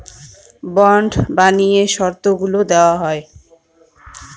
bond বানিয়ে শর্তগুলা দেওয়া হয়